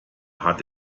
hat